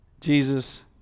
Jesus